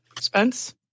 Spence